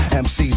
MC's